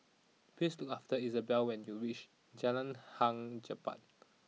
please look after Izabella when you reach Jalan Hang Jebat